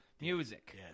music